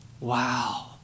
Wow